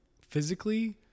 physically